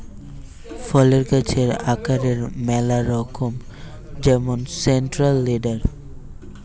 ফলের গাছের আকারের ম্যালা রকম যেমন সেন্ট্রাল লিডার